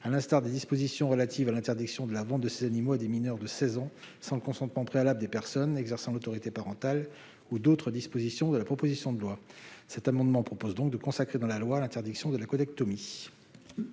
à l'instar des dispositions relatives à l'interdiction de la vente de ces animaux à des mineurs de 16 ans sans le consentement préalable des personnes exerçant l'autorité parentale ou d'autres dispositions de la proposition de loi. Cet amendement vise donc à consacrer dans la loi l'interdiction de la caudectomie.